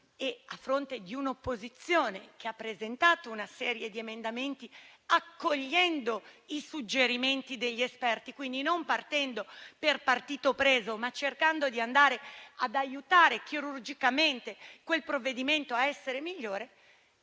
evidenza, e di un'opposizione che ha presentato una serie di emendamenti, accogliendo i suggerimenti degli esperti (quindi non partendo per partito preso, ma cercando di aiutare chirurgicamente quel provvedimento ad essere migliore),